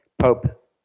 Pope